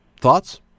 Thoughts